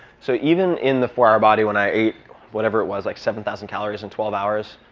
so even in the four hour body when i ate whatever it was, like seven thousand calories in twelve hours,